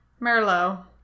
Merlot